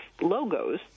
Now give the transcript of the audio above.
logos